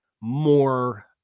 more